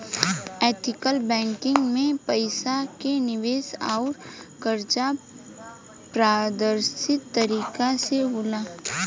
ethical banking में पईसा के निवेश अउर कर्जा पारदर्शी तरीका से होला